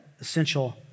essential